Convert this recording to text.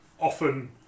Often